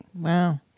wow